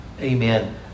amen